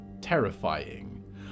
terrifying